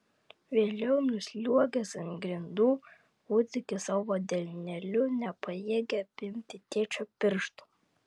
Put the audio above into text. vėliau nusliuogęs ant grindų kūdikis savo delneliu nepajėgė apimti tėčio piršto